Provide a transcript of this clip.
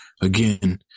Again